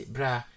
Bra